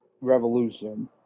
revolution